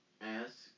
Ask